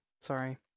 Sorry